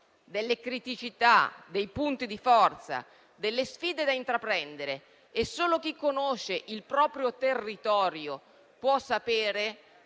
delle criticità, dei punti di forza e delle sfide da intraprendere. E solo chi conosce il proprio territorio può sapere